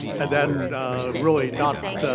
and then really not